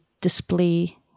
display